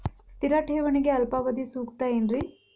ಸ್ಥಿರ ಠೇವಣಿಗೆ ಅಲ್ಪಾವಧಿ ಸೂಕ್ತ ಏನ್ರಿ?